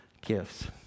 gifts